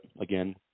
again